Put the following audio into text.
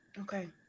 okay